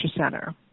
Center